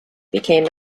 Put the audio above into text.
became